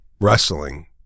wrestling